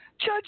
Judge